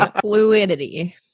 Fluidity